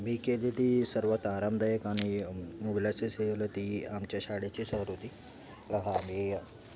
मी केली ती सर्वात आरामदायक आणि ती आमच्या शाळेची सहल होती हा मी